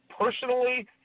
personally